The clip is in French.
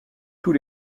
tous